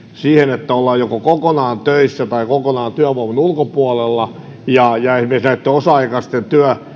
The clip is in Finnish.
siihen että ollaan joko kokonaan töissä tai kokonaan työvoiman ulkopuolella ja ja osa aikaisten